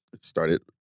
started